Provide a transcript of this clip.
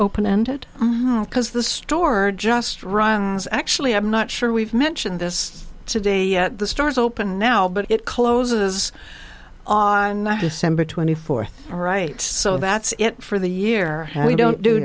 open ended because the store just runs actually i'm not sure we've mentioned this today at the stores open now but it closes on december twenty fourth all right so that's it for the year and we don't do